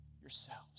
yourselves